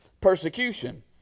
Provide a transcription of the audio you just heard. persecution